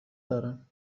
دارم